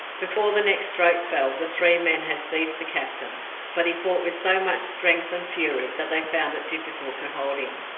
before the next stroke fell the three men had seized the captain but he fought with so much strength and fury that they found it difficult to hold him.